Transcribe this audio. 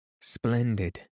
Splendid